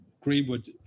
Greenwood